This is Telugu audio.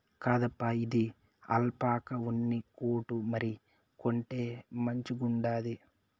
కాదప్పా, ఇది ఆల్పాకా ఉన్ని కోటు మరి, కొంటే మంచిగుండాది